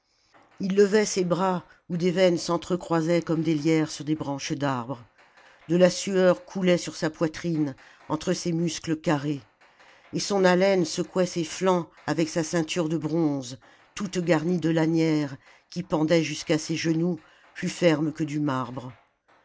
ii levait ses bras où des veines s'entre-croisaient comme des lierres sur des branches d'arbre de la sueur coulait sur sa poitrine entre ses muscles carrés et son haleine secouait ses flancs avec sa ceinture de bronze toute garnie de lanières qui pendaient jusqu'à ses genoux plus fermes que du marbre